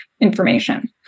information